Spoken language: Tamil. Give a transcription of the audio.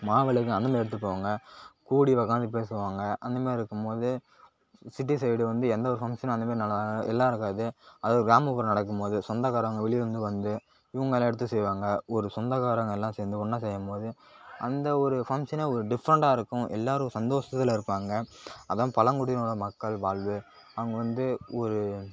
மாவிளக்கு அகல் எடுத்துட்டு போவாங்க கூடி உட்காந்து பேசுவாங்க அந்த மாதிரி இருக்கும் போது சிட்டி சைடு வந்து எந்தவொரு ஃபங்க்ஷனாக இருந்தாலும் எல்லாம் இருக்காது அதுவே கிராமப்புறம் நடக்கும் போது சொந்தக்காரவங்க வெளியூர்லேருந்து வந்து இவங்கள்லாம் எடுத்து செய்வாங்க ஒரு சொந்தக்காரவங்க எல்லாம் சேர்ந்து ஒன்னாக செய்யும்போது அந்த ஒரு ஃபங்க்ஷனே ஒரு டிஃரெண்டாக இருக்கும் எல்லோரும் சந்தோஷத்தில் இருப்பாங்க அதான் பங்குடியினர் மக்கள் வாழ்வு அவங்க வந்து ஒரு